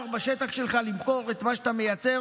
שבשטח שלך ושל החברים שלך יהיה אפשר למכור את מה שאתה מייצר,